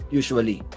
usually